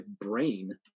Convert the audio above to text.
brain